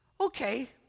Okay